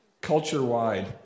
culture-wide